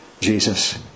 Jesus